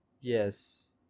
Yes